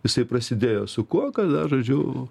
jisai prasidėjo su kuo kad na žodžiu